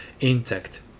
intact